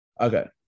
Okay